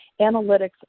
analytics